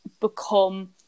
become